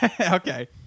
Okay